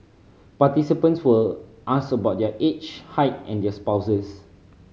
participants were asked about their age height and their spouses